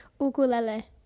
ukulele